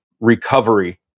Recovery